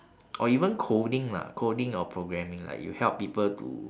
or even coding lah coding or programming like you help people to